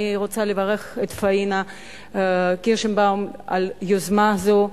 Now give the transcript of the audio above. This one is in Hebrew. אני רוצה לברך את פאינה קירשנבאום על יוזמה זו.